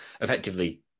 effectively